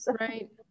right